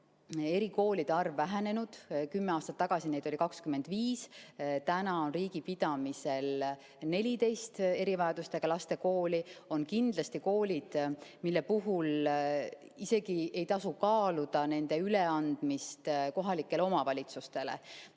erikoolide arv vähenenud. Kümme aastat tagasi oli neid 25, praegu on riigi pidamisel 14 erivajadustega laste kooli. On kindlasti koolid, mille puhul isegi ei tasu kaaluda nende üleandmist kohalikule omavalitsusele.